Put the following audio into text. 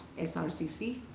SRCC